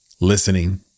listening